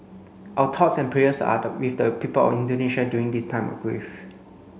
our thoughts and prayers are with the people of Indonesia during this time of grief